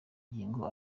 ngingo